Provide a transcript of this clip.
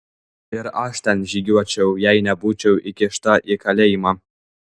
ir aš ten žygiuočiau jei nebūčiau įkišta į kalėjimą